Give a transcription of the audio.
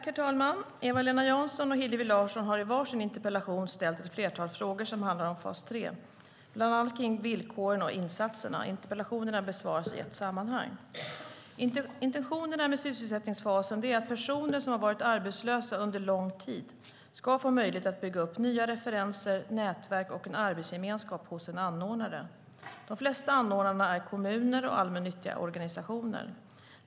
Herr talman! Eva-Lena Jansson och Hillevi Larsson har i var sin interpellation ställt ett flertal frågor som handlar om fas 3, bland annat kring villkoren och insatserna. Interpellationerna besvaras i ett sammanhang. Intentionerna med sysselsättningsfasen är att personer som varit arbetslösa under lång tid ska få möjlighet att bygga upp nya referenser, nätverk och en arbetsgemenskap hos en anordnare. De flesta anordnarna är kommuner och allmännyttiga organisationer.